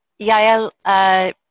Yael